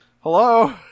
hello